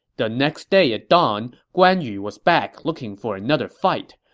the next day at dawn, guan yu was back looking for another fight.